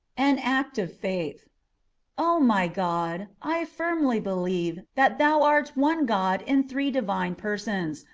an act of faith o my god! i firmly believe that thou art one god in three divine persons,